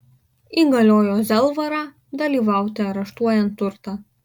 įgaliojo zelvarą dalyvauti areštuojant turtą